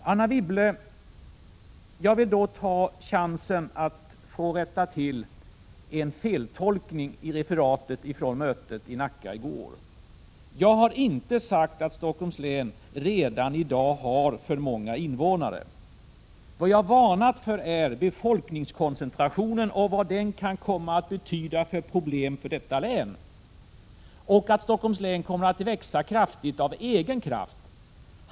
Anne Wibble, jag vill ta chansen att rätta till en feltolkning i referatet från gårdagens möte i Nacka. Jag har inte sagt att Stockholms län redan i dag har för många invånare. Vad jag varnat för är befolkningskoncentrationen och de problem som denna kan medföra för länet. Jag har sagt att Stockholms län kommer att växa mycket av egen kraft.